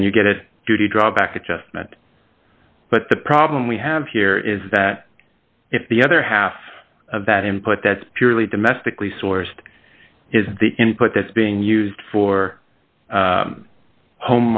and you get a pretty drawback adjustment but the problem we have here is that if the other half of that input that's purely domestically sourced is the input that's being used for